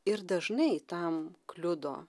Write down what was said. ir dažnai tam kliudo